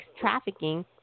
trafficking